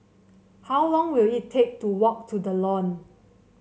how long will it take to walk to The Lawn